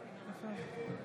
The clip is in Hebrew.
נגד נעמה לזימי,